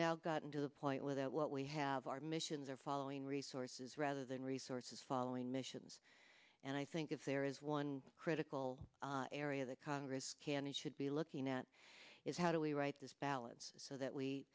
now gotten to the point where that what we have our missions are following resources rather than resources fall doing missions and i think if there is one critical area the congress can and should be looking at is how do we write this balance so that we